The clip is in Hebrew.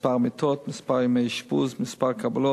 מספר מיטות, מספר ימי אשפוז, מספר קבלות